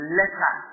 letter